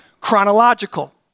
chronological